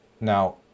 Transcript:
Now